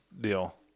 deal